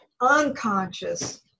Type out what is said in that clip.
unconscious